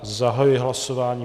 Zahajuji hlasování.